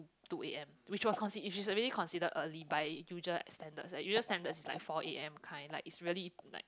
two A_M which was consi~ which is already considered early by usual standards eh usual standards is like four A_M kind like it's really like